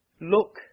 Look